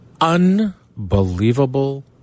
unbelievable